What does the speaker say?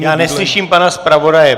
Já neslyším pana zpravodaje.